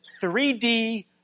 3D